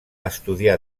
estudiar